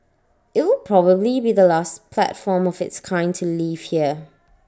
IT will probably be the last platform of its kind to leave here